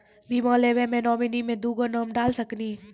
बीमा लेवे मे नॉमिनी मे दुगो नाम डाल सकनी?